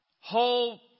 whole